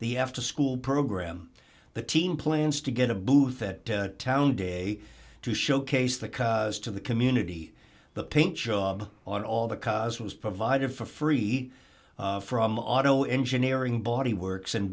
the afterschool program the team plans to get a booth at town day to showcase the ca's to the community the paint job on all the cars was provided for free from auto engineering bodyworks and